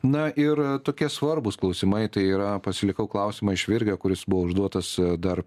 na ir tokie svarbūs klausimai tai yra pasilikau klausimą iš virgio kuris buvo užduotas dar